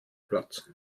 platz